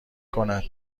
کند